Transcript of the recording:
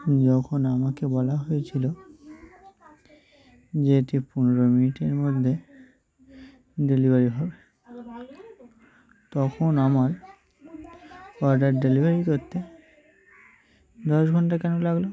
যখন আমাকে বলা হয়েছিলো যেটি পনেরো মিনিটের মধ্যে ডেলিভারি হবে তখন আমার অর্ডার ডেলিভারি করতে দশ ঘন্টা কেন লাগলো